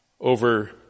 over